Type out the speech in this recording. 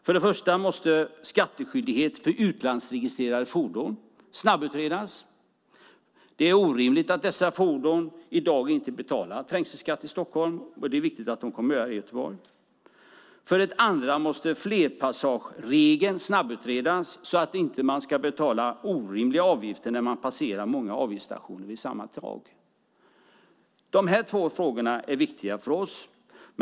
För det första måste skatteskyldighet för utlandsregistrerade fordon snabbutredas. Det är orimligt att dessa fordon i dag inte betalar trängselskatt i Stockholm, och det är viktigt att de kommer att göra det i Göteborg. För det andra måste flerpassageregeln snabbutredas så att man inte behöver betala orimliga avgifter när man passerar många avgiftsstationer i samma tag. De här två frågorna är viktiga för oss.